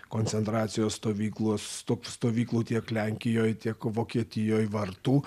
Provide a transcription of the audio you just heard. koncentracijos stovyklos stop stovyklų tiek lenkijoj tiek vokietijoj vartų